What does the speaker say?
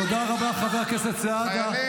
תודה רבה, חבר הכנסת סעדה.